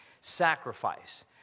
Sacrifice